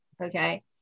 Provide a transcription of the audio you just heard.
okay